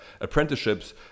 apprenticeships